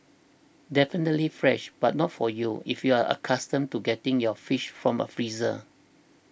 definitely fresh but not for you if you're accustomed to getting your fish from a freezer